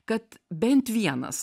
kad bent vienas